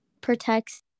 protects